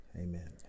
Amen